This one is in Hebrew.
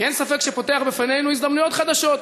שאין ספק שפותח בפנינו הזדמנויות חדשות,